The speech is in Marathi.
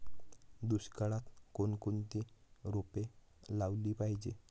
दुष्काळात कोणकोणती रोपे लावली पाहिजे?